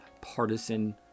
partisan